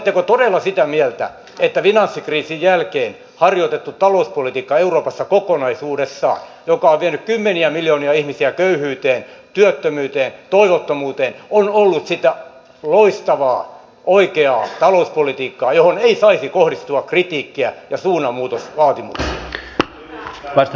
oletteko todella sitä mieltä että finanssikriisin jälkeen harjoitettu talouspolitiikka euroopassa kokonaisuudessaan joka on vienyt kymmeniä miljoonia ihmisiä köyhyyteen työttömyyteen ja toivottomuuteen on ollut sitä loistavaa oikeaa talouspolitiikkaa johon ei saisi kohdistua kritiikkiä ja suunnanmuutosvaatimuksia